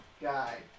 guy